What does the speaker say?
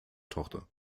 tochter